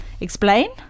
Explain